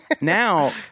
Now